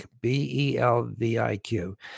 B-E-L-V-I-Q